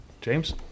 James